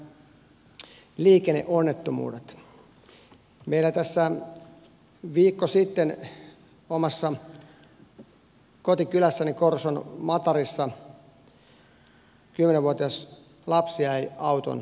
meillä tässä viikko sitten omassa kotikylässäni korson matarissa kymmenvuotias lapsi jäi auton yliajamaksi